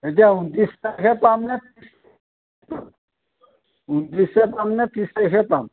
এতিয়া ঊনত্ৰিচ তাৰিখে পাম নে ঊনত্ৰিচে পাম নে ত্ৰিচ তাৰিখে পাম